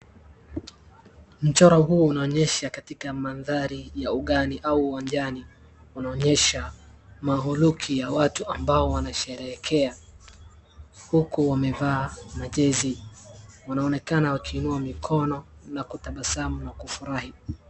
Mchoro huu unaonyesha katika mandari ya ugani ama uwanjani. Unaonyesha mahuluki ya watu ambao wanashereheka huku wamevaa majezi wanaonekana wakiinua mikono na kutabasamu na kufurahi.